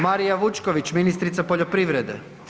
Marija Vučković, ministrica poljoprivrede.